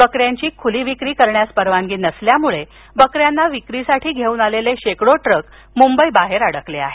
बकऱ्यांची खूली विक्री करण्यास परवानगी नसल्यामुळे बकऱ्यांना विक्रीसाठी घेऊन आलेले शेकडो ट्रक मुंबईबाहेर अडकले आहेत